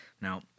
Now